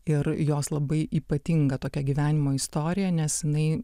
ir jos labai ypatinga tokia gyvenimo istorija nes jinai